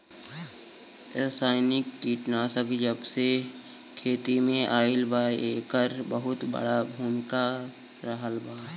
रासायनिक कीटनाशक जबसे खेती में आईल बा येकर बहुत बड़ा भूमिका रहलबा